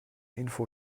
info